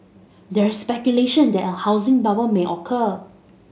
there is speculation that a housing bubble may occur